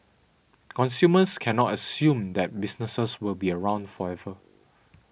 consumers cannot assume that businesses will be around forever